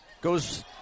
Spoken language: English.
Goes